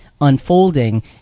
unfolding